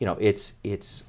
you know it's it's